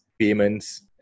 payments